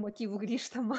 motyvų grįžtama